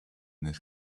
this